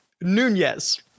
Nunez